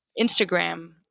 Instagram